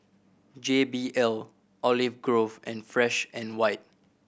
J B L Olive Grove and Fresh and White